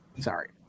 Sorry